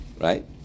Right